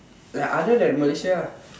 like other than Malaysia ah